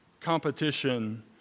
competition